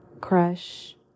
crush